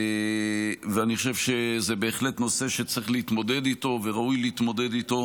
אני חושב שזה בהחלט נושא שצריך להתמודד איתו וראוי להתמודד איתו,